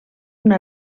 una